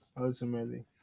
ultimately